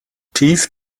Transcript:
tief